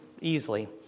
easily